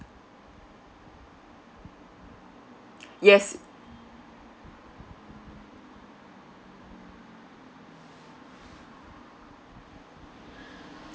yes